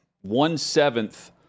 one-seventh